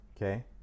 Okay